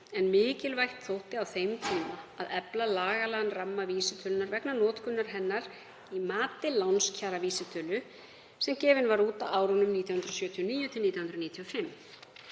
en mikilvægt þótti á þeim tíma að efla lagalegan ramma vísitölunnar vegna notkunar hennar í mati lánskjaravísitölu sem gefin var út á árunum 1979–1995.